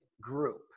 group